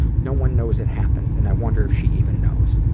no one knows it happened, and i wonder if she even knows.